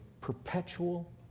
perpetual